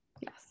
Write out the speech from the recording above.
yes